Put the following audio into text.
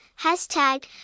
hashtag